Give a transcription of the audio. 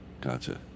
Gotcha